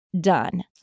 done